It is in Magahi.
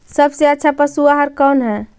सबसे अच्छा पशु आहार कौन है?